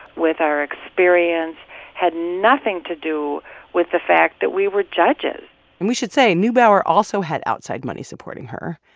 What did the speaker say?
with our experience had nothing to do with the fact that we were judges and we should say, neubauer also had outside money supporting her.